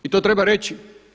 I to treba reći.